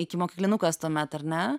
ikimokyklinukas tuomet ar ne